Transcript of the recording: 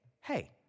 hey